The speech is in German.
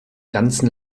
ganzen